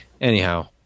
anyhow